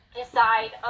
decide